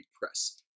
press